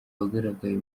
wagaragaye